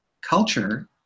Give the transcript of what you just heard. culture